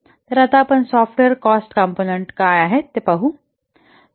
तर आता software cost component काय आहेत ते पाहू